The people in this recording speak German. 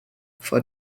vor